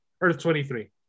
Earth-23